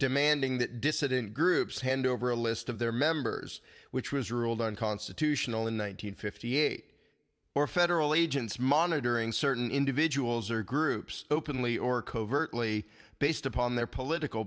demanding that dissident groups hand over a list of their members which was ruled unconstitutional in one nine hundred fifty eight or federal agents monitoring certain individuals or groups openly or covertly based upon their political